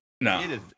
No